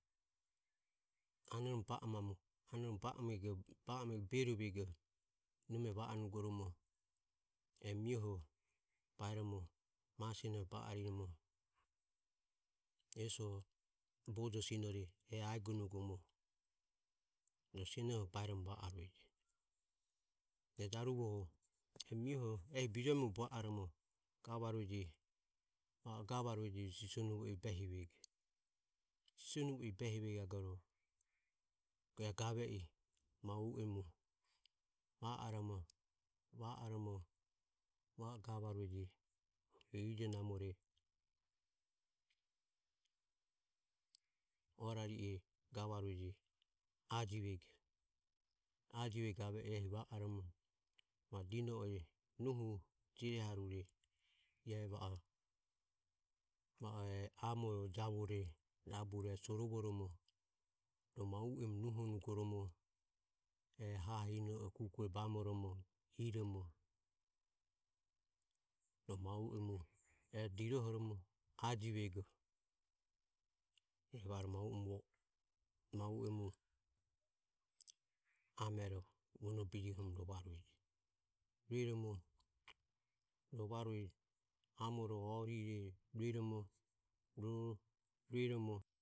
Anoromo ba amego berovego nome va onugoromo e mioho baeromo ma sionoho ba ariromo eso bojo sinore e aegonugoromo rohu sionoho baeromo va arueje. E jaruvoho e mioho jaruvoho ehi bijuemobe va o gavarueje sisonuvo i behivego. Sisonuvo i behivegagorovo e gave i ma u emu va oromo va oromo va o gavarueje. E ijo namore orari e gavarueje ajivego ajivego gave i ehi va oromo va o dino e nohu jireharure ie e va o va o e amo javuore rabure e suorovoromo rohu ma u emu nuhoromo ha hine kukue bamoromo hiromo rohu ma u emu e dirohoromo ajivego evare ma u emu ma u e mu amero vonobijiohoromo rovarueje. Rueromo rovare amore orire rueromo rueromo